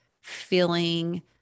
feeling